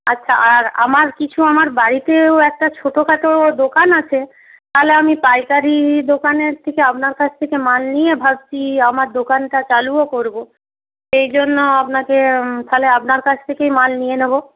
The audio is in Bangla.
আচ্ছা আর আমার কিছু আমার বাড়িতেও একটা ছোটোখাটো দোকান আছে তাহলে আমি পাইকারি দোকানের থেকে আপনার কাছ থেকে মাল নিয়ে ভাবছি আমার দোকানটা চালুও করব সেই জন্য আপনাকে তাহলে আপনার কাছ থেকেই মাল নিয়ে নেব